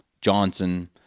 Johnson